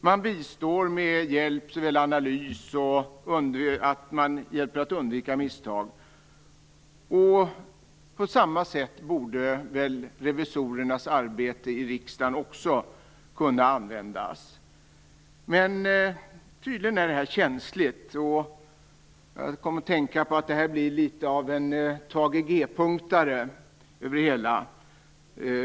Man bistår med hjälp att göra analyser och hjälper ledningen att undvika misstag. På samma sätt borde revisorernas arbete kunna användas i riksdagen. Men tydligen är detta känsligt. Det har blivit något av en Thage G-punktare av det hela.